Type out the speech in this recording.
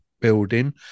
Building